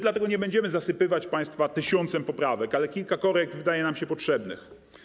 Dlatego nie będziemy państwa zasypywać tysiącem poprawek, ale kilka korekt wydaje nam się potrzebnych.